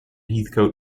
heathcote